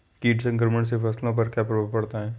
कीट संक्रमण से फसलों पर क्या प्रभाव पड़ता है?